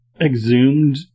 exhumed